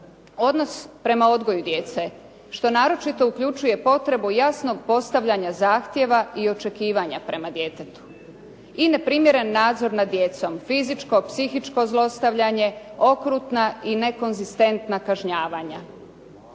odnos prema odgoju djece, što naročito uključuje potrebu jasnog postavljanja zahtjeva i očekivanja prema djetetu i neprimjeren nadzor nad djecom, fizičko, psihičko zlostavljanje, okrutna i nekonzistentna kažnjavanja.